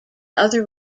other